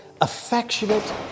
affectionate